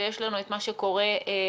ויש לנו את מה שקורה בשטח.